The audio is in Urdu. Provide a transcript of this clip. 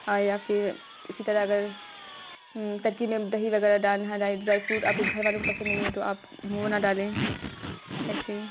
اور یا پھر اسی طرح اگر ترکیب میں دہی وغیرہ ڈالنا ہے ڈرائی فروٹ آپ کے گھر والوں کو پسند نہیں ہے تو آپ وہ نہ ڈالیں ایسے ہی